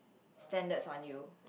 standards on you